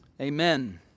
Amen